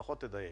לפחות תדייק.